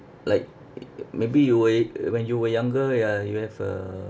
like maybe you were uh when you were younger ya you have a